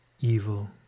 evil